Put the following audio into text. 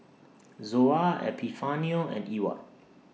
Zoa Epifanio and Ewart